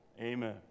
Amen